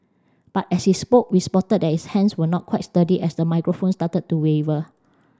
but as he spoke we spotted that his hands were not quite sturdy as the microphone started to waver